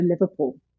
Liverpool